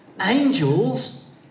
angels